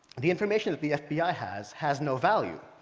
the information that the fbi has has no value,